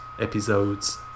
episodes